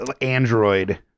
android